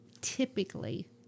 typically